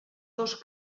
dos